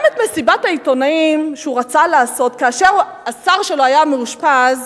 גם את מסיבת העיתונאים שהוא רצה לעשות כאשר השר שלו היה מאושפז,